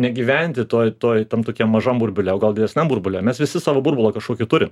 negyventi tuoj tuoj tam tokiam mažam burbule o gal didesniam burbule mes visi savo burbulą kažkokį turim